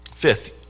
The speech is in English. Fifth